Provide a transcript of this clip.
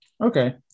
Okay